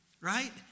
right